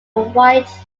white